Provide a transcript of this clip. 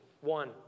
One